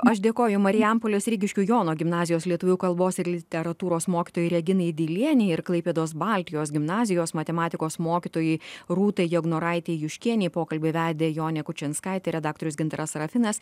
aš dėkoju marijampolės rygiškių jono gimnazijos lietuvių kalbos ir literatūros mokytojai reginai dilienė ir klaipėdos baltijos gimnazijos matematikos mokytojai rūtai jegnoraitei juškienei pokalbiai vedėja jonė kučinskaitė redaktorius gintaras sarafinas